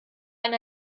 ein